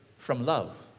from love.